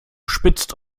spitzt